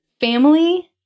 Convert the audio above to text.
family